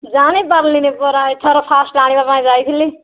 ଜାଣିପାରିଲିନି ପରା ଏଥର ଫାଷ୍ଟ ଆଣିବା ପାଇଁ ଯାଇଥିଲି